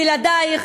בלעדייך,